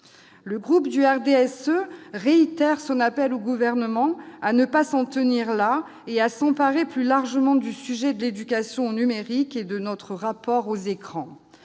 Le groupe du RDSE réitère son appel au Gouvernement à ne pas s'en tenir là et à s'emparer plus largement du sujet de l'éducation au numérique et de notre rapport aux écrans.